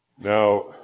Now